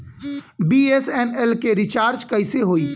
BSNL के recharge कैसे होयी?